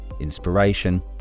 inspiration